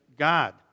God